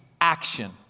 action